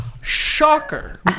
Shocker